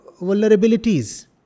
vulnerabilities